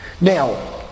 Now